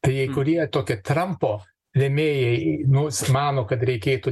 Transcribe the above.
tai kurie tokie trampo rėmėjai nors ir mano kad reikėtų